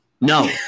No